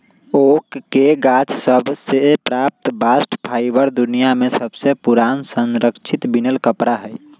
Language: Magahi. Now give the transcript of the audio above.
ओक के गाछ सभ से प्राप्त बास्ट फाइबर दुनिया में सबसे पुरान संरक्षित बिनल कपड़ा हइ